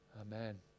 Amen